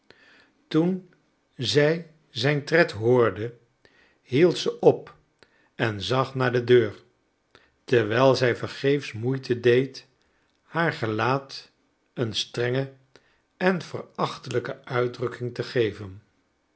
toen zij zijn tred hoorde hield ze op en zag naar de deur terwijl zij vergeefs moeite deed haar gelaat een strenge en verachtelijke uitdrukking te geven